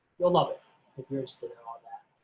you'll love it if you're interested in all of that.